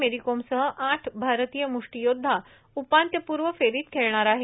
मेरीकोमसह आठ भारतीय मृष्टीयोद्वा उपांत्यपूर्व फेरीत खेळणार आहेत